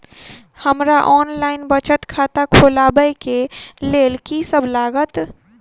हमरा ऑनलाइन बचत खाता खोलाबै केँ लेल की सब लागत?